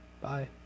Bye